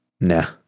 Nah